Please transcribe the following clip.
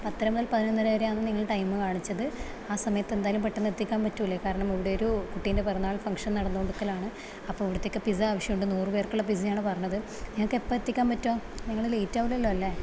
പത്തര മുതൽ പതിനൊന്നര വരെയാണ് നിങ്ങള് ടൈംമ് കാണിച്ചത് ആ സമയത്ത് എന്തായാലും പെട്ടെന്ന് എത്തിക്കാൻ പറ്റൂലെ കാരണം ഇവിടെയൊരു കുട്ടിൻ്റെ പിറന്നാൾ ഫങ്ക്ഷൻ നടന്നുകൊണ്ടിരിക്കലാണ് അപ്പോൾ ഇവിടത്തേക്ക് പിസ അവശ്യമുണ്ട് നൂറു പേർക്കുള്ള പിസയാണ് പറഞ്ഞത് നിങ്ങൾക്ക് എപ്പം എത്തിക്കാൻ പറ്റും നിങ്ങള് ലേറ്റ് ആകില്ലല്ലോ അല്ലേ